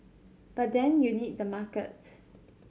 but then you need the market